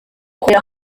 ukorera